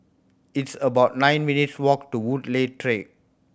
it's about nine minutes' walk to Woodleigh Track